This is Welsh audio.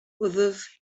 wddf